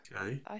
Okay